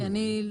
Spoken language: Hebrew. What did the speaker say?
כי אני,